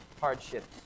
hardships